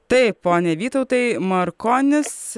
taip pone vytautai markonis